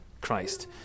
Christ